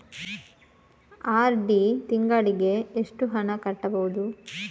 RD ತಿಂಗಳಿಗೆ ಎಷ್ಟು ಹಣ ಕಟ್ಟಬಹುದು?